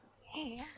Hey